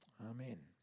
Amen